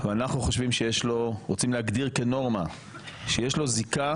ואנחנו רוצים להגדיר כנורמה שיש לו זיקה